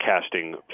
casting